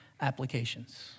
applications